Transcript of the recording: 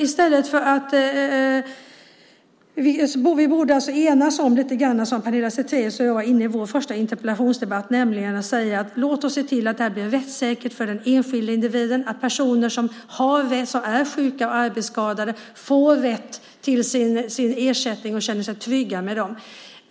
Pernilla Zethraeus och jag borde i vår första interpellationsdebatt enas om att säga: Låt oss se till att det blir rättssäkert för den enskilde individen, att personer som är sjuka och arbetsskadade får rätt till sin ersättning och känner sig trygga med det.